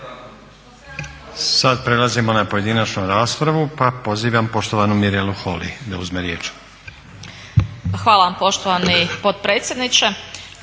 Sad prelazimo na pojedinačnu raspravu pa pozivam poštovanu Mirelu Holy da uzme riječ. **Holy, Mirela (ORaH)** Hvala vam poštovani potpredsjedniče.